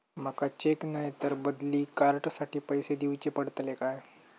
माका चेक नाय तर बदली कार्ड साठी पैसे दीवचे पडतले काय?